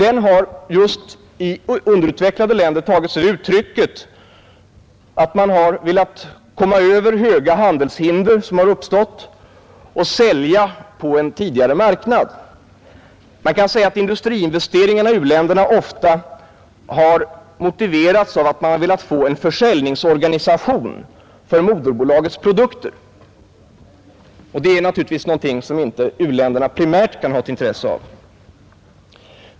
Den har just i underutvecklade länder tagit sig det uttrycket att man har velat komma över de höga handelshinder som har uppstått och sälja på en tidigare marknad. Industriinvesteringarna i u-länderna har ofta motiverats av att man har velat få en försäljningsorganisation för moderbolagets produkter. Det är naturligtvis någonting som u-länderna primärt inte kan ha intresse av.